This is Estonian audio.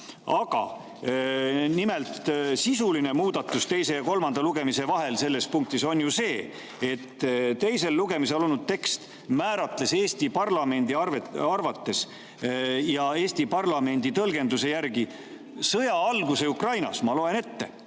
just nimelt sisuline muudatus teise ja kolmanda lugemise vahel selles punktis on ju see, et teisel lugemisel olnud tekst määratles Eesti parlamendi arvates ja Eesti parlamendi tõlgenduse järgi sõja alguse Ukrainas. Ma loen ette